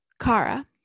Kara